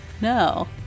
No